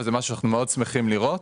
וזה משהו שאנחנו מאוד שמחים לראות.